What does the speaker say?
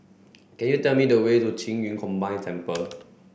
can you tell me the way to Qing Yun Combined Temple